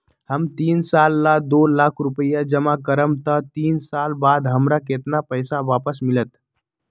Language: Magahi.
हम तीन साल ला दो लाख रूपैया जमा करम त तीन साल बाद हमरा केतना पैसा वापस मिलत?